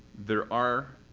there are